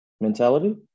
mentality